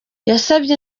yasabye